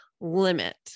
limit